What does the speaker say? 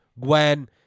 Gwen